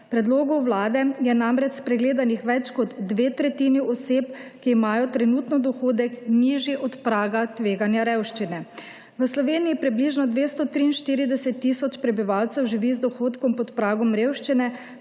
predlogu Vlade je namreč spregledanih več kot dve tretjini oseb, ki imajo trenutno dohodek nižji od praga tveganja revščine. V Sloveniji približno 243 tisoč prebivalcev živi z dohodkom pod pragom revščine,